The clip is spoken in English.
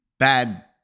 bad